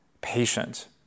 patient